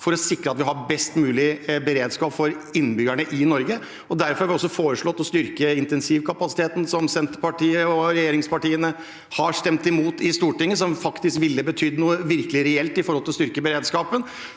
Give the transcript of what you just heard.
for å sikre at vi har best mulig beredskap for innbyggerne i Norge. Derfor har vi også foreslått å styrke intensivkapasiteten, som Senterpartiet og regjeringspartiene har stemt imot i Stortinget, og som faktisk ville betydd noe virkelig reelt for å styrke beredskapen.